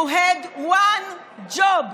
You had one job.